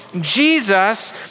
Jesus